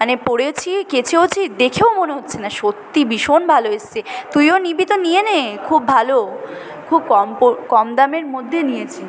মানে পরেছি কেচেওছি দেখেও মনে হচ্ছে না সত্যি ভীষণ ভালো এসছে তুইও নিবি তো নিয়ে নে খুব ভালো খুব কম কম দামের মধ্যে নিয়েছি